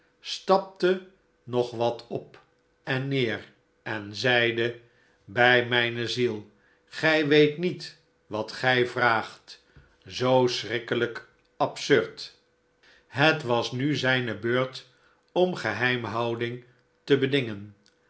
stapte nog wat op en neer en zeide bij mijne ziel gij weet niet wat gij vraagt zoo schrikkelijk absurd het was nu zijne beurt om geheimhouding te bedingen